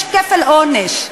יש כפל עונש: